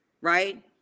right